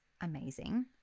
amazing